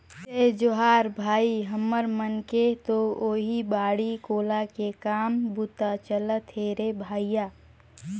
जय जोहार भाई, हमर मन के तो ओहीं बाड़ी कोला के काम बूता चलत हे रे भइया